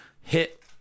Hit